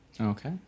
Okay